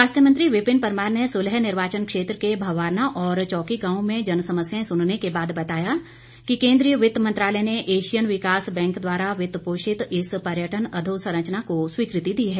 स्वास्थ्य मंत्री विपिन परमार ने सुल्ह निर्वाचन क्षेत्र के भवारना और चौकी गांव में जनसमस्याएं सुनने के बाद बताया कि केंद्रीय वित्त मंत्रालय ने एशियन विकास बैंक द्वारा वित्त पोषित इस पर्यटन अधोसंरचना को स्वीकृति दी है